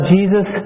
Jesus